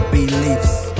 Beliefs